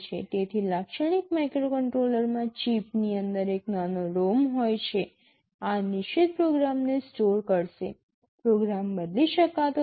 તેથી લાક્ષણિક માઇક્રોકન્ટ્રોલરમાં ચિપની અંદર એક નાનો ROM હોય છે આ નિશ્ચિત પ્રોગ્રામને સ્ટોર કરશે પ્રોગ્રામ બદલી શકાતો નથી